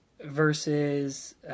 versus